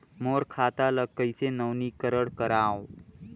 मोर खाता ल कइसे नवीनीकरण कराओ?